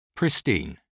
Pristine